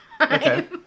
Okay